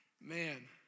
man